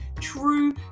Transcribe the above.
true